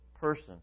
person